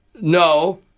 no